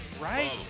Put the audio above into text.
Right